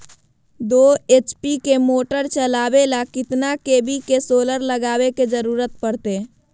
दो एच.पी के मोटर चलावे ले कितना के.वी के सोलर लगावे के जरूरत पड़ते?